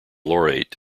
laureate